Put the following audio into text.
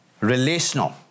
Relational